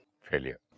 failure